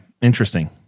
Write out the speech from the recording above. Interesting